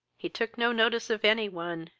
he took no notice of any one,